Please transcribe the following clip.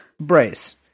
Brace